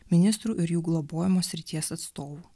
ministrų ir jų globojamos srities atstovų